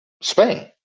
Spain